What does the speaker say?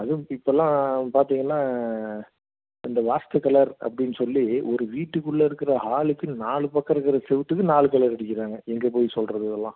அதுவும் இப்போல்லாம் பார்த்தீங்கன்னா இந்த வாஸ்து கலர் அப்படின்னு சொல்லி ஒரு வீட்டுக்குள்ளே இருக்கிற ஹாலுக்கு நாலு பக்கம் இருக்கிற செவத்துக்கு நாலு கலர் அடிக்கிறாங்க எங்கேப் போய் சொல்வது இதெல்லாம்